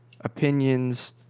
opinions